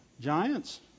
giants